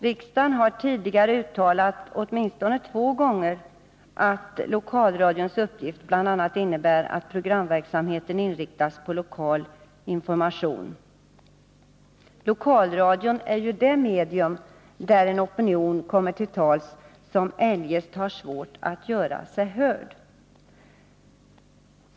Riksdagen har åtminstone två gånger tidigare uttalat att lokalradions uppgift bl.a. är att programverksamheten inriktas på lokal information. Lokalradion är ju det medium där en opinion kommer till tals som eljest har svårt att göra sig hörd.